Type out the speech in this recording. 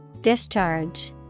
Discharge